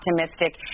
optimistic